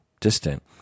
distant